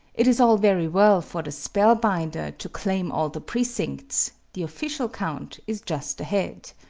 it is all very well for the spellbinder to claim all the precincts the official count is just ahead.